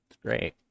Great